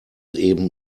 eben